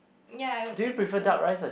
ya I would think so